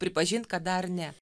pripažint kad dar ne